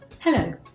Hello